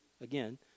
Again